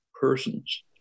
persons